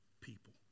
people